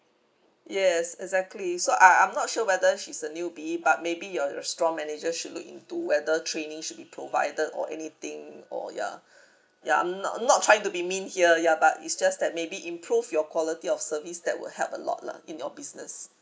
yes exactly so I I'm not sure whether she is a newbie but maybe your restaurant manager should look into whether training should be provided or anything or ya ya I'm not not trying to be mean here ya but it's just that maybe improve your quality of service that will help a lot lah in your business